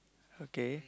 okay